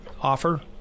offer